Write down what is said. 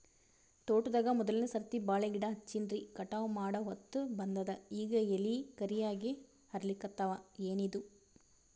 ತೋಟದಾಗ ಮೋದಲನೆ ಸರ್ತಿ ಬಾಳಿ ಗಿಡ ಹಚ್ಚಿನ್ರಿ, ಕಟಾವ ಮಾಡಹೊತ್ತ ಬಂದದ ಈಗ ಎಲಿ ಕರಿಯಾಗಿ ಹರಿಲಿಕತ್ತಾವ, ಏನಿದು?